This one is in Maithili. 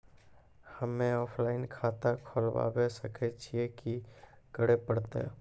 हम्मे ऑफलाइन खाता खोलबावे सकय छियै, की करे परतै?